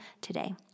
today